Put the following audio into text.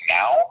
now